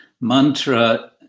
Mantra